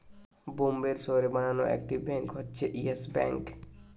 বোম্বের শহরে বানানো একটি ব্যাঙ্ক হচ্ছে ইয়েস ব্যাঙ্ক